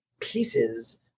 pieces